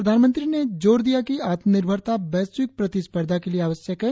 प्रधानमंत्री ने जोर दिया कि आत्मनिर्भरता वैश्विक प्रतिसपर्धा के लिए आवश्यक है